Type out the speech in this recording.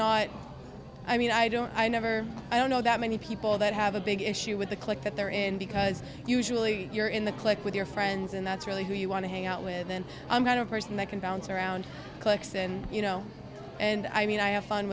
not i mean i don't i never i don't know that many people that have a big issue with the click that they're in because usually you're in the click with your friends and that's really who you want to hang out with and i'm kind of person that can bounce around cliques and you know and i mean i have fun